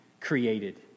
created